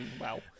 wow